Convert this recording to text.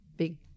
Big